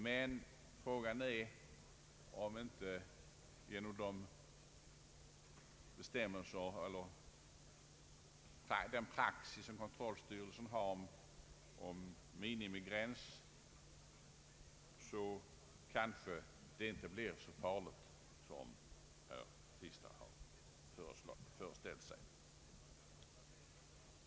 Men frågan är om det inte genom den praxis som kontrollstyrelsen har om minimigräns blir mindre farligt än herr Tistad föreställt sig.